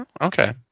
Okay